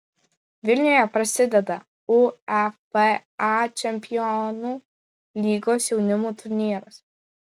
vilniuje prasideda uefa čempionų lygos jaunimo turnyras